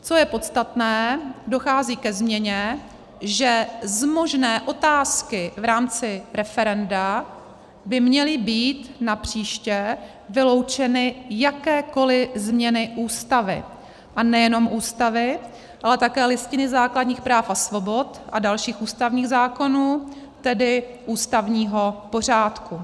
Co je podstatné, dochází ke změně, že z možné otázky v rámci referenda by měly být napříště vyloučeny jakékoliv změny Ústavy, a nejenom Ústavy, ale také Listiny základních práv svobod a dalších ústavních zákonů, tedy ústavního pořádku.